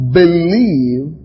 believe